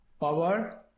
Power